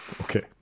Okay